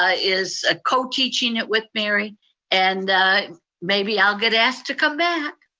ah is ah co-teaching it with mary and maybe i'll get asked to come back.